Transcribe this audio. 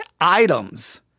items